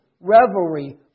revelry